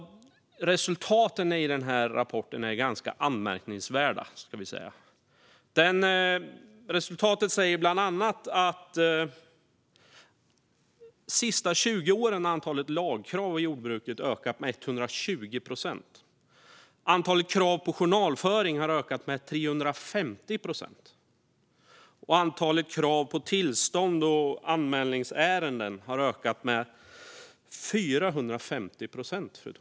Resultaten i den rapporten är ganska anmärkningsvärda. De säger bland annat att de sista 20 åren har antalet lagkrav i jordbruket ökat med 120 procent. Antalet krav på journalföring har ökat med 350 procent. Och antalet krav på tillstånd och anmälningsärenden har ökat med 450 procent, fru talman.